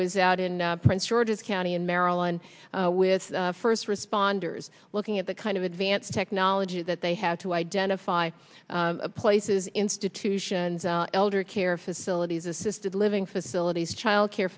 was out in prince george's county in maryland with first responders looking at the kind of advanced technology that they have to identify places institutions elder care facilities assisted living facilities child care